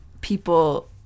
people